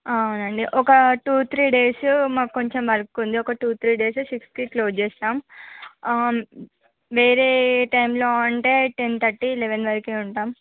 ఆ అవునండి ఒక టూ త్రీ డేస్ మాకు కొంచెం వర్క్ ఉంది ఒక టూ త్రీ డేస్ సిక్స్కి క్లోజ్ చేస్తాం ఆ వేరే టైమ్లో అంటే టెన్ థర్టీ లెవన్ వరకు ఉంటాం